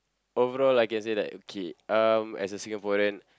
overall I can say that okay um as a Singaporean